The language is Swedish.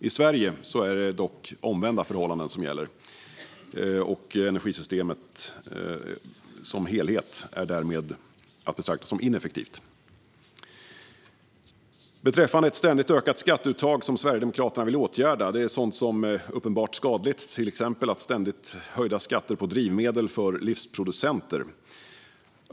I Sverige är det dock omvända förhållanden som gäller. Energisystemet som helhet är därmed att betrakta som ineffektivt. Beträffande frågan om ett ständigt ökat skatteuttag är det något som Sverigedemokraterna vill åtgärda. Det gäller sådant som är uppenbart skadligt, till exempel ständigt höjda skatter på drivmedel för livsmedelsproducenter.